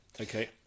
Okay